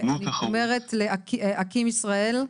אני אומרת לאקי"ם ישראל,